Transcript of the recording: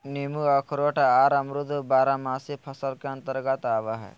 नींबू अखरोट आर अमरूद बारहमासी फसल के अंतर्गत आवय हय